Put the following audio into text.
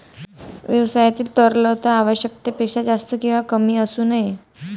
व्यवसायातील तरलता आवश्यकतेपेक्षा जास्त किंवा कमी असू नये